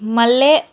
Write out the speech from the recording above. మల్లె